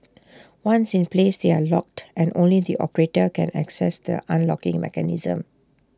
once in place they are locked and only the operator can access the unlocking mechanism